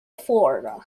florida